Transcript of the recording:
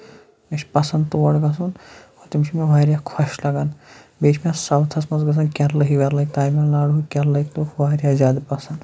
مےٚ چھُ پَسند تور گژھُن تِم چھِ مےٚ واریاہ خۄش لگان بیٚیہِ چھُ مےٚ سَوتھس منٛز لگان کیرلٕے ویرلٕے کیرلٕیِکۍ لُکھ واریاہ زیادٕ پَسند